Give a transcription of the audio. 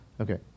Okay